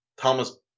Thomas